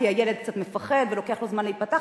כי הילד קצת מפחד ולוקח לו זמן להיפתח,